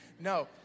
No